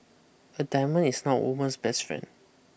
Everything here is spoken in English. a diamond is not a woman's best friend